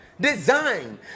design